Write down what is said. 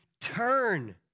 turn